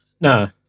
No